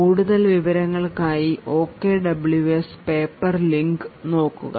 കൂടുതൽ വിവരങ്ങൾക്കായി OKWS paper link നോക്കുക